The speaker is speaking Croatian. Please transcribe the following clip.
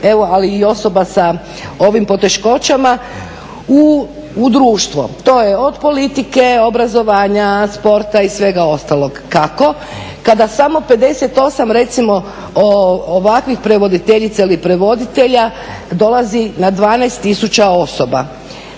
ali i osoba sa ovim poteškoćama u društvo. To je od politike, obrazovanja, sporta i svega ostalog. Kako? Kada samo 58 recimo ovakvih prevoditeljica ili prevoditelja dolazi na 12 tisuća osoba?